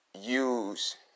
use